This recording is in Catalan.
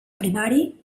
primari